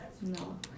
no